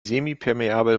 semipermeable